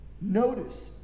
Notice